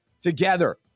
Together